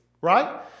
right